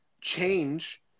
Change